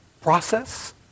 process